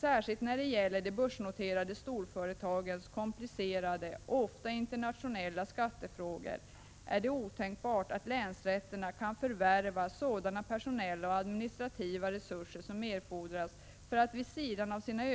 Särskilt när det gäller de börsnoterade storföretagens komplicerade och ofta internationella skattefrågor är det otänkbart att länsrätterna kan förvärva sådana personella och administrativa resurser som erfordras för att, vid sidan av sina